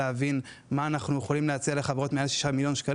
להבין מה אנחנו יכולים להציע לחברות מעל 6 מיליון ₪,